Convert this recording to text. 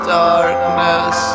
darkness